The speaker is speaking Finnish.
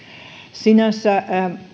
sinänsä